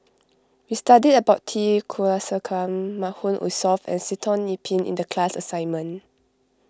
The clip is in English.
we studied about T Kulasekaram Mahmood Wusof and Sitoh Yih Pin in the class assignment